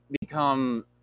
become